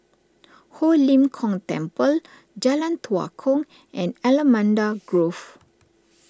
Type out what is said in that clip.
Ho Lim Kong Temple Jalan Tua Kong and Allamanda Grove